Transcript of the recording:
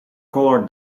color